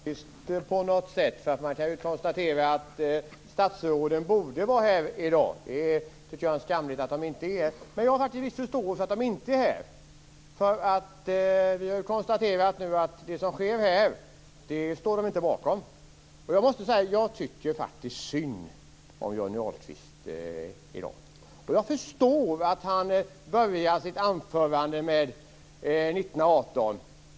Herr talman! Jag vet inte om det här är symtomatiskt på något sätt. Man kan konstatera att statsråden borde vara här i dag. Jag tycker att det är skamligt att de inte är. Men jag har faktiskt en viss förståelse för att de inte är här. Vi har ju nu konstaterat att de inte står bakom det som sker här. Jag måste faktiskt säga att jag tycker synd om Johnny Ahlqvist i dag. Jag förstår att han börjar sitt anförande med 1918.